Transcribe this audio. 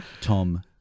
Tom